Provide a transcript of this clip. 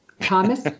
Thomas